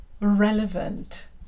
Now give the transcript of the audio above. relevant